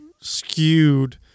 skewed